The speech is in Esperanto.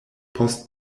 post